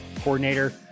coordinator